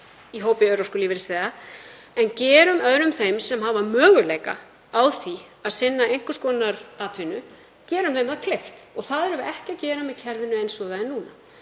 í hópi örorkulífeyrisþega en gerum öðrum þeim sem hafa möguleika á því að sinna einhvers konar atvinnu það kleift, en það erum við ekki að gera með kerfinu eins og það er núna.